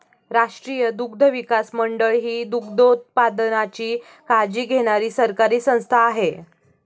राष्ट्रीय दुग्धविकास मंडळ ही दुग्धोत्पादनाची काळजी घेणारी सरकारी संस्था आहे